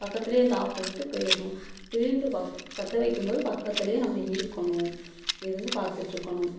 பக்கத்துலையே இருந்து ஆஃப் பண்ணிவிட்டு போயிரணும் சிலிண்ட்ரு பத் பற்ற வைக்கும்போது பக்கத்துலையே நம்ம இருக்கணும் இருந்து பார்த்துட்ருக்கணும்